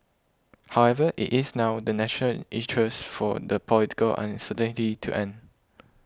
however it is now in the national interest for the political uncertainty to end